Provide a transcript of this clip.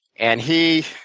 and he